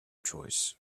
choice